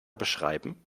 beschreiben